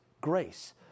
grace